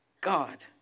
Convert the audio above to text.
God